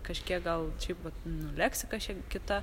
kažkiek gal čiaip vat nu leksika šiek kita